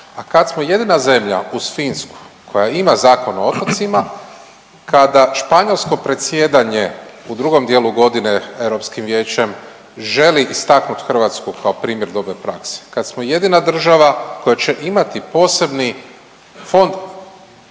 a kad smo jedina zemlja uz Finsku koja ima Zakon o otocima, kada španjolsko predsjedanje u drugom dijelu godine Europskim vijećem želi istaknuti Hrvatsku kao primjer dobre prakse, kad smo jedina država koja će imati posebni fond